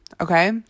Okay